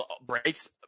breaks